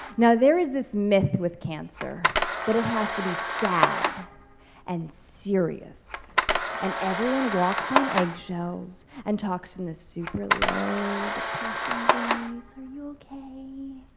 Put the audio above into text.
now, there is this myth with cancer that it has to be sad and serious and everyone walks on egg shells and talks in the super low depressing voice, are you okay?